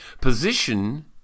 Position